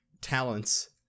talents